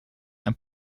and